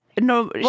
no